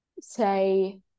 say